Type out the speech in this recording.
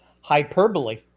hyperbole